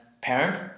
parent